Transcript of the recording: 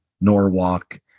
Norwalk